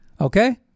okay